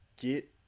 get